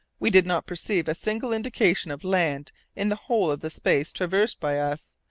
we did not perceive a single indication of land in the whole of the space traversed by us.